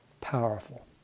powerful